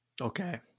Okay